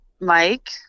Mike